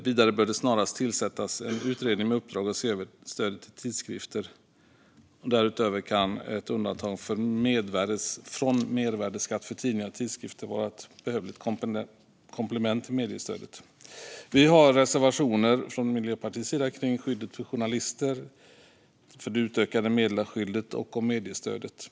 Vidare bör det snarast tillsättas en utredning med uppdrag att se över stödet till tidskrifter. Därutöver kan ett undantag från mervärdesskatt för tidningar och tidskrifter vara ett välbehövligt komplement till mediestödet. Vi har reservationer från Miljöpartiets sida om skyddet för journalister, om det utökade meddelarskyddet och om mediestödet.